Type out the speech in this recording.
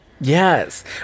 Yes